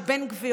ובן גביר,